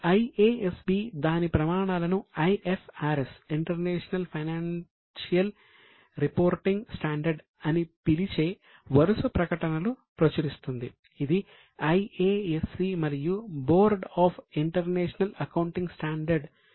IASB దాని ప్రమాణాలను IFRS international financial reporting standard IAS ను అనుసరిస్తుంది